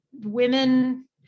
Women